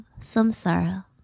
samsara